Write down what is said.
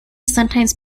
sometimes